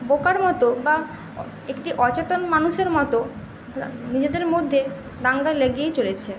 বোকার মতো বা একটি অচেতন মানুষের মতো নিজেদের মধ্যে দাঙ্গা লেগেই চলেছে